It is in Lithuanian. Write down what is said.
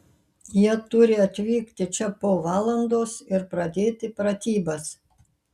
jie turi atvykti čia po valandos ir pradėti pratybas